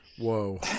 Whoa